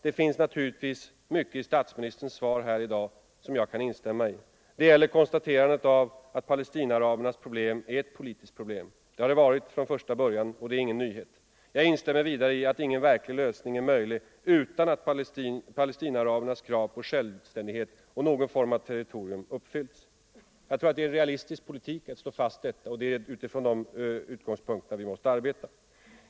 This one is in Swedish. Det finns naturligtvis mycket i statsministerns svar här i dag som jag kan instämma i. Det gäller konstaterandet att Palestinaarabernas problem är ett politiskt problem. Det har det varit från första början, och det är ingen nyhet. Jag instämmer vidare i att ingen verklig 143 lösning är möjlig utan att Palestinaarabernas krav på självständighet och någon form av territorium har uppfyllts. Jag tror det är en realistisk politik att slå fast detta, och det är utifrån de utgångspunkterna vi måste arbeta.